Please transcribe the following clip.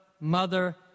mother